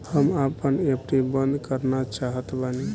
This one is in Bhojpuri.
हम आपन एफ.डी बंद करना चाहत बानी